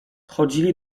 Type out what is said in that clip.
chodzili